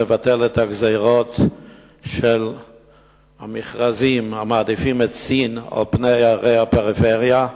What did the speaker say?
לבטל את הגזירות של המכרזים המעדיפים את סין על פני ערי הפריפריה,